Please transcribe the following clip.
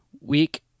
week